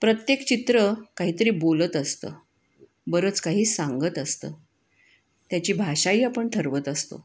प्रत्येक चित्र काहीतरी बोलत असतं बरंच काही सांगत असतं त्याची भाषाही आपण ठरवत असतो